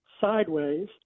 sideways